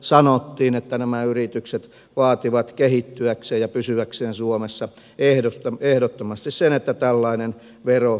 sanottiin että nämä yritykset vaativat kehittyäkseen ja pysyäkseen suomessa ehdottomasti sen että tällainen veroratkaisu tehdään